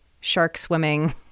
shark-swimming